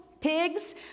pigs